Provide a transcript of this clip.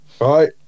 right